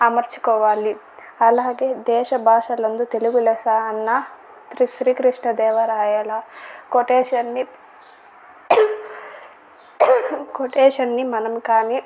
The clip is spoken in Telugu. అమర్చుకోవాలి అలాగే దేశభాషలందు తెలుగు లెస్స అన్న శ్రీకృష్ణదేవరాయల కొటేషన్ ని కొటేషన్ ని మనం కానీ